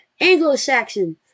Anglo-Saxon